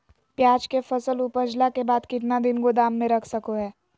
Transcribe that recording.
प्याज के फसल उपजला के बाद कितना दिन गोदाम में रख सको हय?